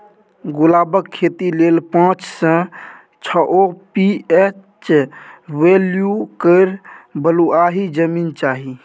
गुलाबक खेती लेल पाँच सँ छओ पी.एच बैल्यु केर बलुआही जमीन चाही